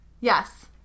Yes